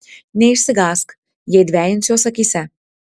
neišsigąsk jei dvejinsiuos akyse